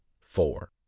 four